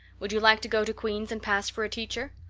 would you like to go to queen's and pass for a teacher?